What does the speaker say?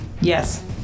Yes